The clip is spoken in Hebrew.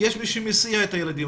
יש מי שמסיע את הילדים,